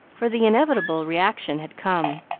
for the inevitable reaction had come.